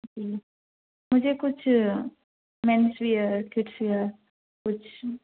جی مجھے کچھ مینس یا کڈس یا کچھ